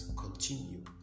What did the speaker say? continue